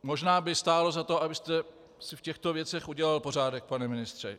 Možná by stálo za to, abyste si v těchto věcech udělal pořádek, pane ministře.